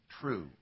true